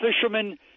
fishermen